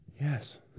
Yes